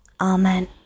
Amen